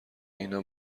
اینا